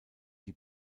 die